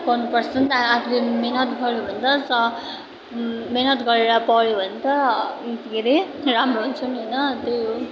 गर्नुपर्छ नि त आफूले मिहिनेत गऱ्यो भने त मिहिनेत गरेर पढ्यो भने त के अरे राम्रो हुन्छ नि होइन त्यही हो